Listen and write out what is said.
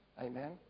Amen